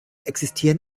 existieren